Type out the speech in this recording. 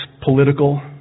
political